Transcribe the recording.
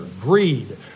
greed